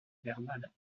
verdad